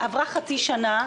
עברה חצי שנה,